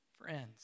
friends